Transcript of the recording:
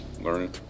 learning